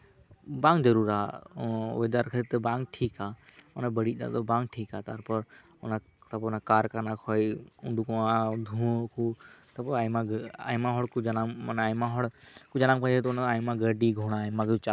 ᱵᱟᱝ ᱡᱟᱹᱨᱩᱲᱟ ᱚᱭᱮᱫᱟᱨ ᱠᱷᱟᱹᱛᱤᱨ ᱛᱮ ᱵᱟᱝ ᱴᱷᱤᱠᱟ ᱚᱱᱟ ᱵᱟᱹᱲᱤᱡ ᱫᱟᱜ ᱫᱚ ᱵᱟᱝ ᱴᱷᱤᱠᱟ ᱛᱟᱨᱯᱚᱨ ᱚᱱᱟ ᱠᱟᱨᱠᱷᱟᱱᱟ ᱠᱷᱚᱱ ᱩᱰᱩᱠᱚᱜᱼᱟ ᱫᱷᱩᱶᱟᱹ ᱠᱚ ᱛᱟᱨᱯᱚᱨ ᱟᱭᱢᱟ ᱜᱮ ᱟᱭᱢᱟ ᱦᱚᱲᱠᱚ ᱡᱟᱱᱟᱢᱜ ᱢᱟᱱᱮ ᱟᱭᱢᱟ ᱦᱚᱲ ᱠᱚ ᱡᱟᱱᱟᱢ ᱠᱟᱱ ᱡᱮᱦᱮᱛᱩ ᱚᱱᱟ ᱫᱚ ᱟᱭᱢᱟ ᱜᱟᱹᱰᱤ ᱜᱷᱚᱬᱟ ᱟᱭᱢᱟ ᱠᱚ ᱪᱟᱞᱟᱜ ᱠᱟᱱᱟ